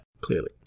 clearly